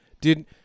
Dude